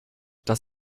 das